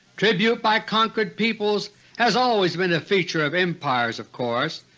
tribute by conquered peoples has always been a feature of empires, of course,